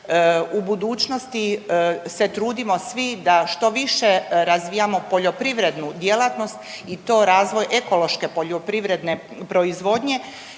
U budućnosti se trudimo svi da što više razvijamo poljoprivrednu djelatnost i to razvoj ekološke poljoprivredne proizvodnje